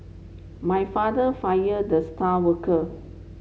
my father fired the star worker